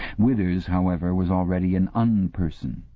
withers, however, was already an unperson.